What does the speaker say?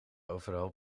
overal